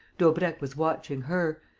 daubrecq was watching her,